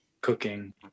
cooking